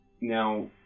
Now